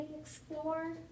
explore